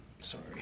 Sorry